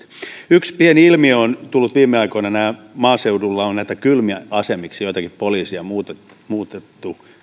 yksi pieni ilmiö on tullut viime aikoina maaseudulla on kylmäasemiksi joitakin poliisiasemia muutettu